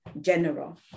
general